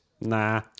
nah